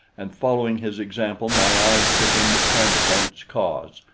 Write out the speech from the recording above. and following his example my eyes took in the panic and its cause.